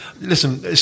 Listen